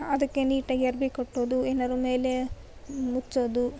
ಅದಕ್ಕೆ ನೀಟಾಗಿ ಅರ್ವಿ ಕಟ್ಟೋದು ಏನಾದ್ರು ಮೇಲೆ ಮುಚ್ಚೋದು